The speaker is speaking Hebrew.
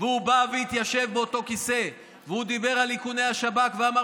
והוא בא והתיישב באותו כיסא והוא דיבר על איכוני השב"כ ואמר